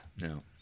no